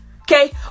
Okay